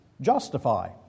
justify